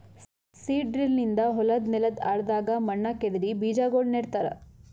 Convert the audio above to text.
seed drill ನಿಂದ ಹೊಲದ್ ನೆಲದ್ ಆಳದಾಗ್ ಮಣ್ಣ ಕೆದರಿ ಬೀಜಾಗೋಳ ನೆಡ್ತಾರ